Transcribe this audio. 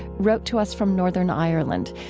wrote to us from northern ireland,